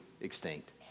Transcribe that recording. extinct